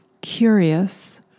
curious